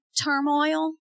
turmoil